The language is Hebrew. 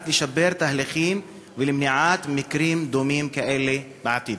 לשפר תהליכים ולמנוע מקרים דומים בעתיד?